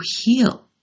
heal